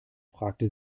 fragte